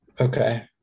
okay